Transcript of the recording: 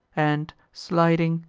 and, sliding,